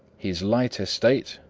his light estate,